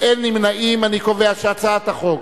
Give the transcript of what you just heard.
הצעת חוק